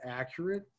accurate